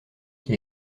qui